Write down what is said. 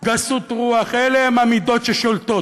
גסות רוח, אלה הן המידות ששולטות.